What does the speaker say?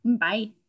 Bye